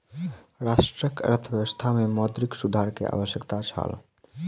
राष्ट्रक अर्थव्यवस्था में मौद्रिक सुधार के आवश्यकता छल